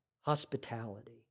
hospitality